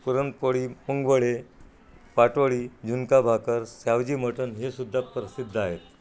पुरणपोळी मुगवडे पाटवडी झुणका भाकर सावजी मटण हे सुद्धा प्रसिद्ध आहेत